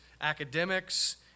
academics